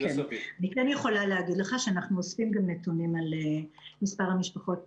אני כן יכולה להגיד לך שאנחנו אוספים גם נתונים על מספר המשפחות